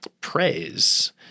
praise